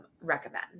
recommend